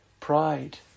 Pride